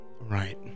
Right